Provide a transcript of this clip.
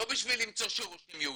לא בשביל למצוא שורשים יהודיים,